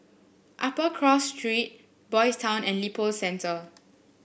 Upper Cross Street Boys' Town and Lippo Centre